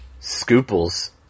Scooples